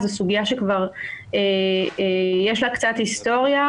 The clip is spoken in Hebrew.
זו סוגיה שכבר יש לה קצת היסטוריה.